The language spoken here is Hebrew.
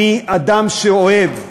אני אדם שאוהב.